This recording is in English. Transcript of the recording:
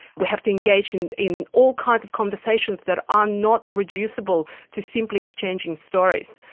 we have to engage and in all kinds of conversations that are not reducible to simply exchanging stories.